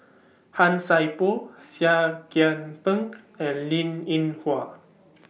Han Sai Por Seah Kian Peng and Linn in Hua